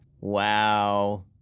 Wow